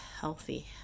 healthy